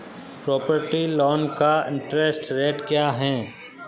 Property loan का interest rate क्या है?